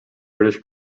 british